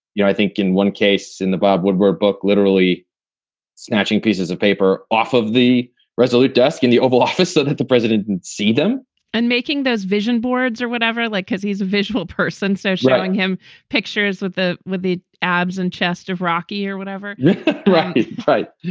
yeah i think in one case, in the bob woodward book, literally snatching pieces of paper off of the resolute desk in the oval office that that the president and see them and making those vision boards or whatever like because he's a visual person so showing him pictures with the with the abs and chest of rocky or whatever it is right.